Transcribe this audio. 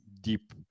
deep